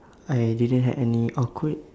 I didn't had any awkward